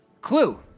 clue